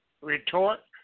retort